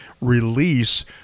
release